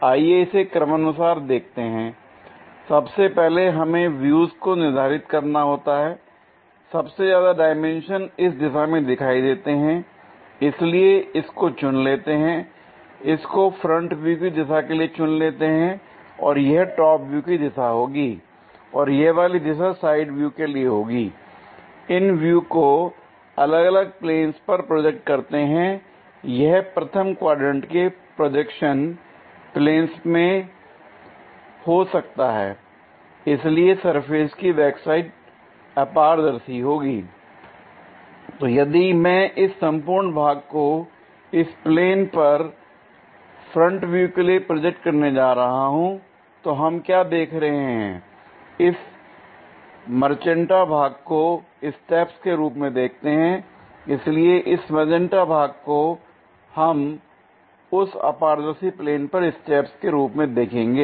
आइए इसे क्रमानुसार देखते हैं l सबसे पहले हमें व्यूज़ को निर्धारित करना होता है l सबसे ज्यादा डाइमेंशंस इस दिशा में दिखाई देते हैंl इसलिए इसको चुन लेते हैं इसको फ्रंट व्यू की दिशा के लिए चुन लेते हैं और यह टॉप व्यू की दिशा होगी और यह वाली दिशा साइड व्यू के लिए होगी l इन व्यू को अलग अलग प्लेंस पर प्रोजेक्ट करते हैं l यह प्रथम क्वाड्रेंट के प्रोजेक्शन प्लेंस में हो सकता है l इसलिए सरफेस की बैकसाइड अपारदर्शी होगी l तो यदि मैं इस संपूर्ण भाग को इस प्लेन पर फ्रंट व्यू के लिए प्रोजेक्ट करने जा रहा हूं तो हम क्या देख रहे हैं इस मैजेंटा भाग को स्टेप्स के रूप में देखते हैं l इसलिए इस मैजेंटा भाग को हम उस अपारदर्शी प्लेन पर स्टेप्स के रूप में देखेंगे